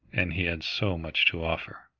and he had so much to offer.